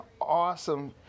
awesome